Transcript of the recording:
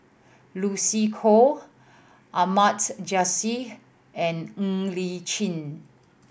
Lucy Koh Ahmad Jais and Ng Li Chin